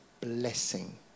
blessing